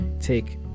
take